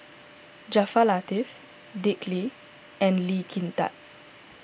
Jaafar Latiff Dick Lee and Lee Kin Tat